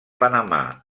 panamà